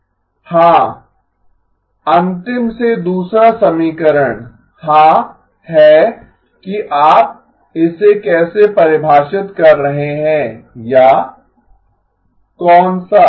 हाँ अंतिम से दूसरा समीकरण हाँ है कि आप इसे कैसे परिभाषित कर रहे हैं या कौन सा